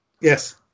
Yes